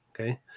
Okay